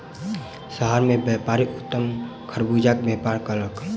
शहर मे व्यापारी उत्तम खरबूजा के व्यापार कयलक